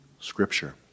Scripture